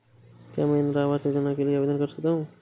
क्या मैं इंदिरा आवास योजना के लिए आवेदन कर सकता हूँ?